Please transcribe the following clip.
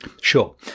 Sure